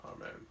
Amen